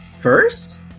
first